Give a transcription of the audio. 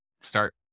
start